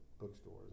bookstores